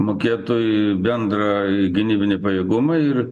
mokėtų į bendrą gynybiniai pajėgumai ir